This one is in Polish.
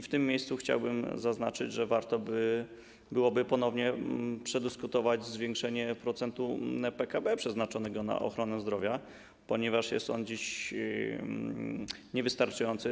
W tym miejscu chciałbym zaznaczyć, że warto byłoby ponownie przedyskutować zwiększenie procentu PKB przeznaczanego na ochronę zdrowia, ponieważ jest on dziś niewystarczający.